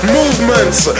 movements